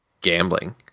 gambling